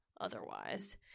otherwise